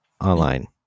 online